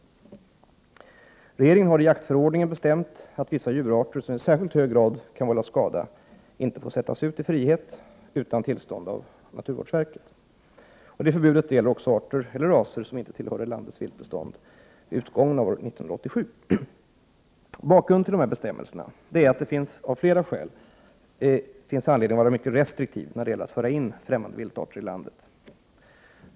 Regeringen hari jaktförordningen bestämt att vissa djurarter som i särskilt hög grad kan vålla skada inte får sättas ut i frihet utan tillstånd av statens naturvårdsverk. Förbudet gäller också arter eller raser som inte tillhörde landets viltbestånd vid utgången av år 1987. Bakgrunden till dessa bestämmelser är att det av flera skäl finns anledning att vara mycket restriktiv när det gäller att föra in främmande viltarter i landet.